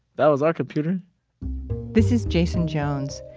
that was our computer this is jason jones.